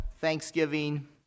Thanksgiving